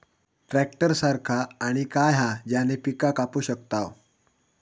Tractor सारखा आणि काय हा ज्याने पीका कापू शकताव?